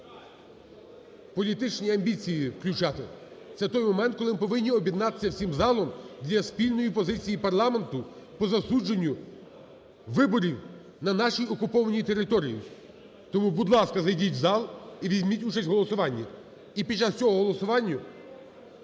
політичні амбіції включати. Це той момент, коли ми повинні об'єднатися всім залом для спільної позиції парламенту по засудженню виборів на нашій окупованій території. Тому, будь ласка, зайдіть в зал і візьміть участь в голосуванні. І під час цього голосування